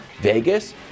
Vegas